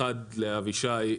אחת לאבישי,